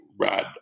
rad